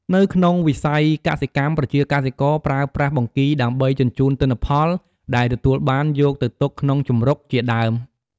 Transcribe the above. នៅក្នុងវិស័យកសិកម្មប្រជាកសិករប្រើប្រាស់បង្គីដើម្បី ជញ្ចូនទិន្នផលដែលទទួលបានយកទៅទុកក្នុងជង្រុកជាដើម។